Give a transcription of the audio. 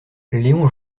léon